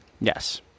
Yes